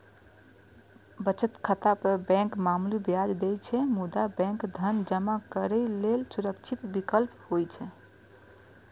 बचत खाता पर बैंक मामूली ब्याज दै छै, मुदा बैंक धन जमा करै लेल सुरक्षित विकल्प होइ छै